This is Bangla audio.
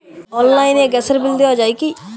অনলাইনে গ্যাসের বিল দেওয়া যায় কি?